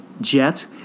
jet